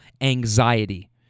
anxiety